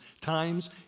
times